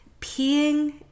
peeing